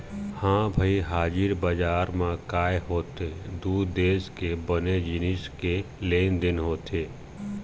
ह भई हाजिर बजार म काय होथे दू देश के बने जिनिस के लेन देन होथे